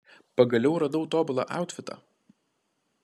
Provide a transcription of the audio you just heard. pagaliau radau tobulą autfitą